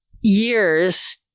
years